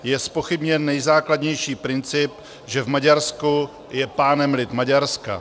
Je zpochybněn nejzákladnější princip, že v Maďarsku je pánem lid Maďarska.